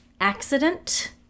Accident